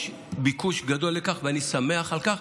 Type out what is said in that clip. יש ביקוש גדול לכך, ואני שמח על כך.